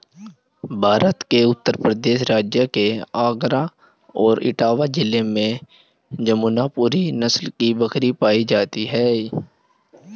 भारत में उत्तर प्रदेश राज्य के आगरा और इटावा जिले में जमुनापुरी नस्ल की बकरी पाई जाती है